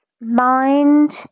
Mind